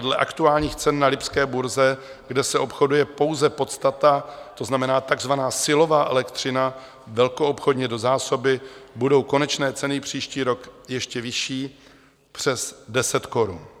Dle aktuálních cen na lipské burze, kde se obchoduje pouze podstata, to znamená takzvaná silová elektřina velkoobchodně do zásoby, budou konečné ceny příští rok ještě vyšší, přes 10 korun.